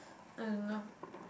I don't know